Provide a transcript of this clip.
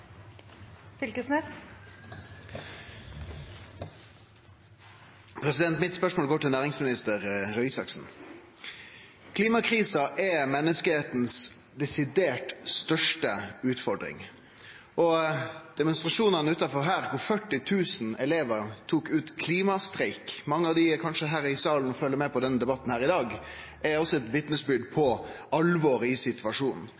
Mitt spørsmål går til næringsminister Røe Isaksen. Klimakrisa er menneska si desidert største utfordring. Demonstrasjonen utanfor her, der 40 000 elevar gjekk til klimastreik – mange av dei er kanskje her og følgjer med på denne spørjetimen i dag – er også eit vitnesbyrd om alvoret i situasjonen.